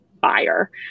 buyer